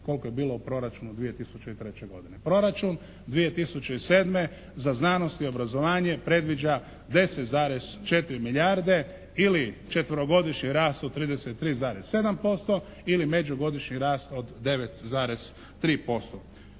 koliko je bilo u proračunu 2003. godine. Proračun 2007. za znanost i obrazovanje predviđa 10,4 milijarde ili četverogodišnji rast u 33,7% ili međugodišnji rast od 9,3%.